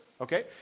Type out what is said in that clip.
Okay